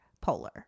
Polar